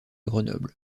grenoble